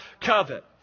covet